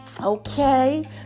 okay